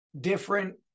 different